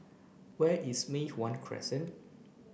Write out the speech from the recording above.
where is Mei Hwan Crescent